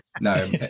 No